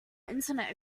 internet